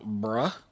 bruh